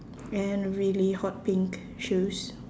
and really hot pink shoes